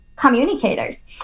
Communicators